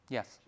Yes